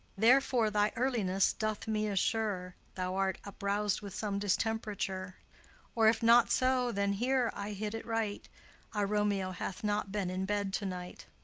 therefore thy earliness doth me assure thou art uprous'd with some distemp'rature or if not so, then here i hit it right our romeo hath not been in bed to-night.